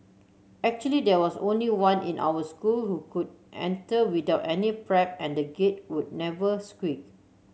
actually there was only one in our school who could enter without any prep and the Gate would never squeak